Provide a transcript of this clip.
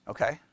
Okay